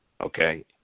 okay